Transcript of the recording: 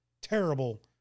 terrible